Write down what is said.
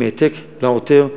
עם העתק לעותר,